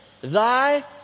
Thy